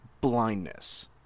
blindness